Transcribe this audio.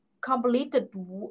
completed